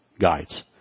guides